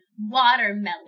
Watermelon